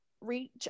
reach